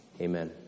Amen